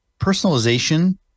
personalization